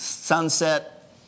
Sunset